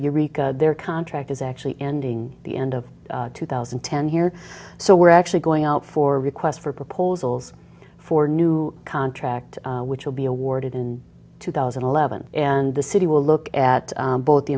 eureka their contract is actually ending the end of two thousand and ten here so we're actually going out for requests for proposals for a new contract which will be awarded in two thousand and eleven and the city will look at both the